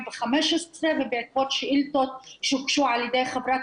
הזה ב-2015 ובעקבות שאילתות שהוגשו על ידי חברת